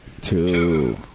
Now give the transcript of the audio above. Two